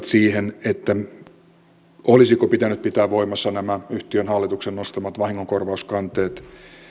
siihen olisiko pitänyt pitää voimassa nämä yhtiön hallituksen nostamat vahingonkorvauskanteet